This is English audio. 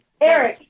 Eric